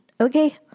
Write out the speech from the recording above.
okay